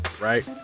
right